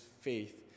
faith